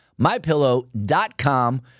mypillow.com